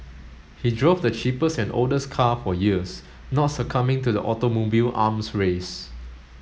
he drove the cheapest and oldest car for years not succumbing to the automobile arms race